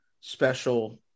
special